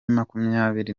makumyabiri